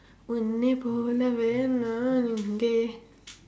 உன்னைப் போலவே நான் இங்கே:unnaip poolavee naan ingkee